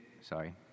sorry